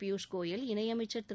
பியூஷ் கோயல் இணையமச்ச் திரு